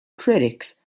critics